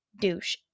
douche